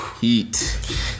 Heat